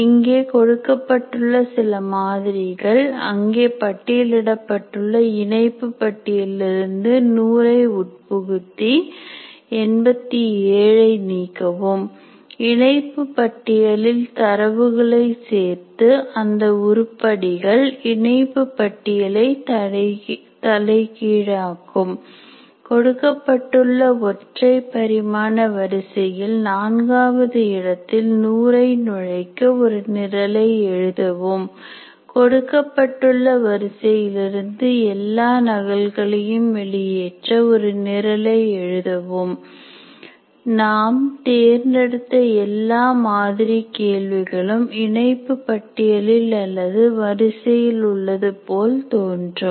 இங்கே கொடுக்கப்பட்டுள்ள சில மாதிரிகள் • அங்கே பட்டியலிடப்பட்டுள்ள இணைப்பு பட்டியலில் இருந்து 100 ஐ உட்புகுத்தி 87 ஐ நீக்கவும் • இணைப்பு பட்டியலில் தரவுகளை சேர்த்து அந்த உருப்படிகள் இணைப்பு பட்டியலை தலைகீழாக்கவும் • கொடுக்கப்பட்டுள்ள ஒற்றை பரிமாண வரிசையில் நான்காவது இடத்தில் 100 ஐ நுழைக்க ஒரு நிரலை எழுதவும் • கொடுக்கப்பட்டுள்ள வரிசையிலிருந்து எல்லா நகல்களையும் வெளியேற்ற ஒரு நிரலை எழுதவும் நாம் தேர்ந்தெடுத்த எல்லா மாதிரி கேள்விகளும் இணைப்பு பட்டியலில் அல்லது வரிசையில் உள்ளது போல் தோன்றும்